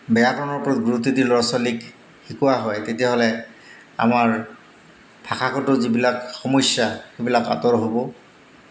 ব্যাকৰণৰ ওপৰত গুৰুত্ব দি ল'ৰা ছোৱালীক শিকোৱা হয় তেতিয়াহ'লে আমাৰ ভাষাগত যিবিলাক সমস্যা সেইবিলাক আঁতৰ হ'ব